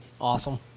Awesome